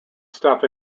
stuff